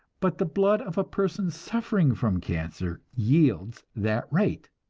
but the blood of a person suffering from cancer yields that rate,